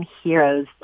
heroes